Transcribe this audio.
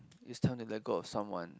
is time to let go of someone